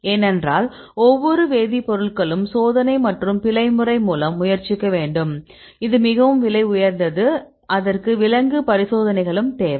ஏனென்றால் ஒவ்வொரு வேதிப்பொருட்களும் சோதனை மற்றும் பிழை முறை மூலம் முயற்சிக்க வேண்டும் அது மிகவும் விலை உயர்ந்தது அதற்கு விலங்கு சோதனைகளும் தேவை